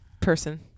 person